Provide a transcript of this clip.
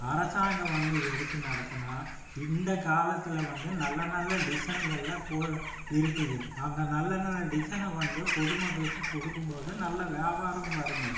அரசாங்கம் வந்து எடுத்து நடத்துனால் இந்த காலத்தில் வந்து நல்ல நல்ல டிஸைன்கள்லாம் கோல இருக்குது அந்த நல்ல நல்ல டிஸைனை வந்து பொது மக்களுக்கு கொடுக்கும்போது நல்ல வியாபாரமும் வருங்க